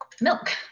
milk